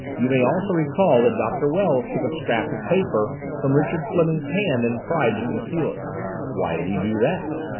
you may also recall that doctor wells took a scrap of paper from richard fleming's hand and tried to conceal it why did he do that?